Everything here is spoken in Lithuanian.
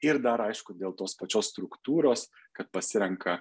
ir dar aišku dėl tos pačios struktūros kad pasirenka